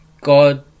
God